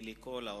וכל האורחים.